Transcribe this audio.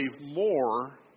more